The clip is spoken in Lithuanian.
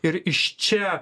ir iš čia